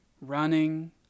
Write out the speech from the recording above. running